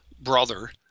brother